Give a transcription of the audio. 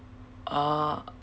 uh